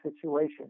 situation